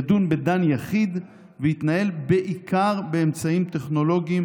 ידון בדן יחיד ויתנהל בעיקר באמצעים טכנולוגיים,